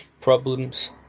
problems